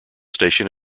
station